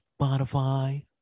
Spotify